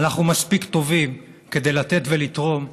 אנחנו מספיק טובים כדי לתת ולתרום,